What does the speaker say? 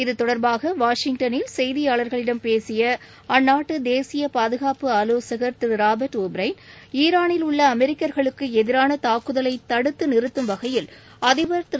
இது தொடர்பாக வாஷிங்டன்னில் செய்தியாளர்களிடம் பேசிய அந்நாட்டு தேசிய பாதுகாப்பு ஆவோசகர் திரு ராபர்ட் ஒப்ரைன் ஈரானில் உள்ள அமெரிக்கர்களுக்கு எதிரான தாக்குதலை தடுத்து நிறுத்தும் வகையில் அதிபர் திரு